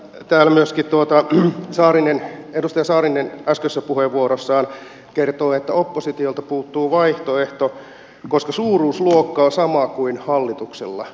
täällä myöskin edustaja saarinen äskeisessä puheenvuorossaan kertoi että oppositiolta puuttuu vaihtoehto koska suuruusluokka on sama kuin hallituksella